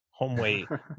homeway